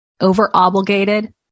over-obligated